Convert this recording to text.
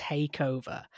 Takeover